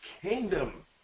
kingdom